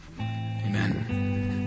Amen